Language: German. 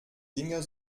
dinger